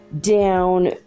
down